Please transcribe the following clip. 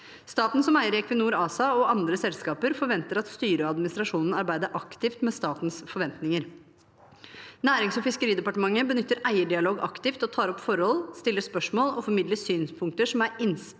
Staten som eier i Equinor ASA og andre selskaper forventer at styret og administrasjonen arbeider aktivt med statens forventninger. Nærings- og fiskeridepartementet benytter eierdialog aktivt og tar opp forhold, stiller spørsmål og formidler synspunkter som er innspill